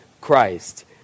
Christ